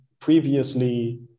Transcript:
previously